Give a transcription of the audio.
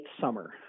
summer